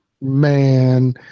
man